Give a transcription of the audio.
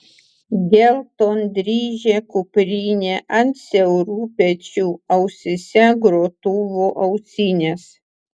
geltondryžė kuprinė ant siaurų pečių ausyse grotuvo ausinės